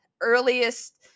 earliest